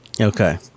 okay